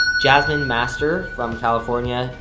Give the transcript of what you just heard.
jasmine master from california,